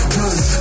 Cause